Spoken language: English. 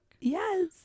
Yes